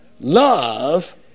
love